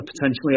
potentially